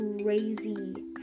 crazy